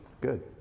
good